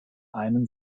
einen